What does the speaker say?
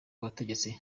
abategetsi